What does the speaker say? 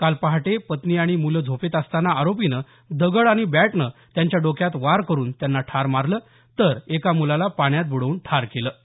काल पहाटे पत्नी आणि मुलं झोपेत असतांना आरोपीनं दगड आणि बॅटनं त्यांच्या डोक्यात वार करुन त्यांना ठार मारलं तर एका मुलाला पाण्यात बुडवून ठार केलं होतं